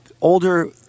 older